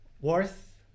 worth